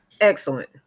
Excellent